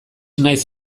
naiz